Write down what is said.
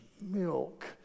milk